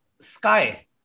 sky